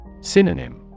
Synonym